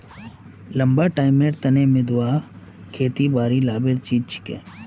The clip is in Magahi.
लंबा टाइमेर तने निर्वाह खेतीबाड़ी लाभेर चीज छिके